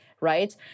right